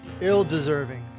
ill-deserving